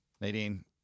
Nadine